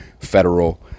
federal